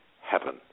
Heaven